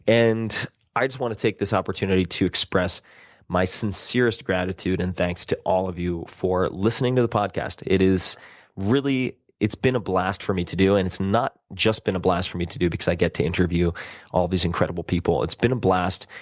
and i just want to take this opportunity to express my sincerest gratitude and thanks to all of you for listening to the podcast. it is really it's been a blast for me to do. and it's not just been a blast for me to do because i get to interview all these incredible people. it's been a blast,